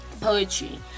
poetry